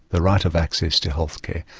the right of access to healthcare.